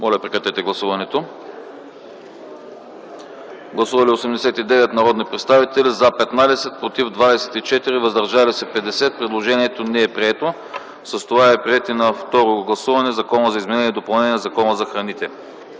комисията не подкрепя. Гласували 89 народни представители: за 15, против 24, въздържали се 50. Предложението не е прието. С това е приет и на второ гласуване Закона за изменение и допълнение на Закона за храните